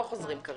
לא חוזרים כרגע.